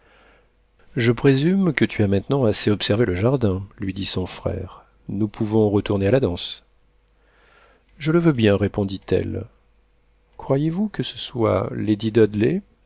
je présume que tu as maintenant assez observé le jardin lui dit son frère nous pouvons retourner à la danse je le veux bien répondit-elle croyez-vous que ce soit